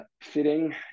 fitting